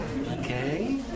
Okay